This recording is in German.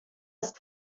ist